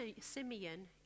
Simeon